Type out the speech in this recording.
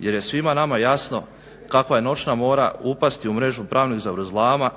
jer je svima nama jasno kakva je noćna mora upasti u mrežu pravnih zavrzlama